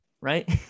right